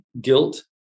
guilt